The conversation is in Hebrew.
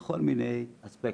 בכל מיני אספקטים.